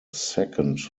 second